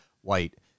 white